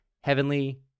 Heavenly